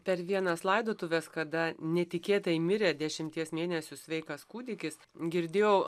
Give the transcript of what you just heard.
per vienas laidotuves kada netikėtai mirė dešimties mėnesių sveikas kūdikis girdėjau